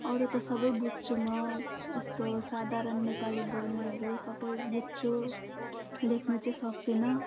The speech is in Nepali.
अरू त सबै बुझ्छु म यस्तो साधारण नेपाली बोल्नेहरू सबै बुझ्छु लेख्नु चाहिँ सक्दिनँ